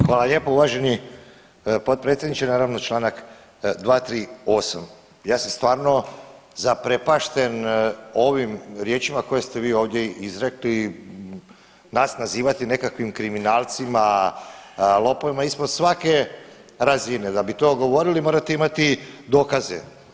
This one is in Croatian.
Hvala lijepa uvaženi potpredsjedniče, naravno čl. 238., ja sam stvarno zaprepašten ovim riječima koje ste vi ovdje izrekli, nas nazivati nekakvim kriminalcima, lopovima, ispod svake je razine, da bi to govorili morate imati dokaze.